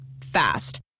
Fast